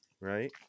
right